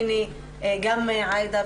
והנה גם עאידה,